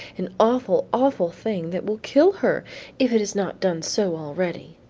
an awful, awful thing that will kill her if it has not done so already.